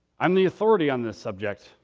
i'm the authority on this subject.